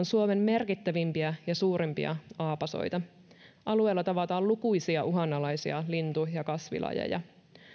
suomen merkittävimpiä ja suurimpia aapasoita alueella tavataan lukuisia uhanalaisia lintu ja kasvilajeja